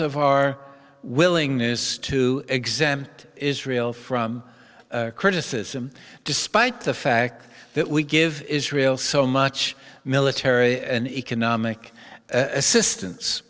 of our willingness to exempt israel from criticism despite the fact that we give israel so much military and economic assistance